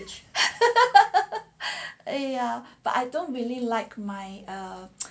!aiya! but I dont really like my